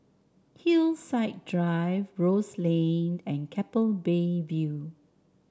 Hillside Drive Rose Lane and Keppel Bay View